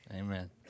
Amen